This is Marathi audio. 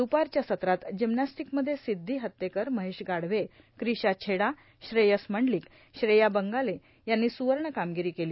द्रपारच्या सत्रात जिमनॅस्टीकमध्ये सिद्धी हत्तेकर महेश गाढवे क्रिशा छेडा श्रेयस मंडलीक श्रेया बंगाळे यांनी सुवर्ण कामगिरी केली